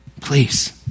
Please